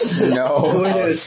No